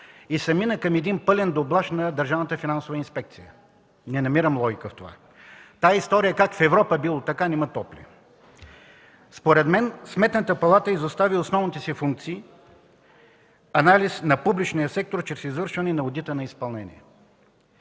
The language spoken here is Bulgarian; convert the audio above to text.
Държавната финансова инспекция. Не намирам логика в това. Тази история как в Европа било така не ме топли. Според мен Сметната палата изостави основните си функции – анализ на публичния сектор чрез извършване на одита на изпълнение.